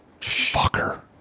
Fucker